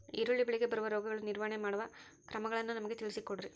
ಈರುಳ್ಳಿ ಬೆಳೆಗೆ ಬರುವ ರೋಗಗಳ ನಿರ್ವಹಣೆ ಮಾಡುವ ಕ್ರಮಗಳನ್ನು ನಮಗೆ ತಿಳಿಸಿ ಕೊಡ್ರಿ?